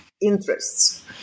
interests